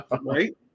Right